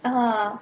uh